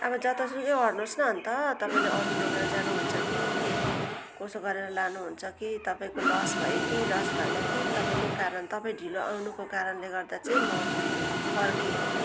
अब जतासुकै अड्नुहोस् न अनि त तपाईँले अरू लगेर जानुहुन्छ कि के कसो गरेर लानुहुन्छ कि तपाईँको लस भयो कि लस भएन कि तपाईँको कारण तपाईँ ढिलो आउनुको कारणले गर्दा चाहिँ म फर्केँ